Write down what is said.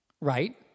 Right